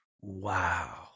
Wow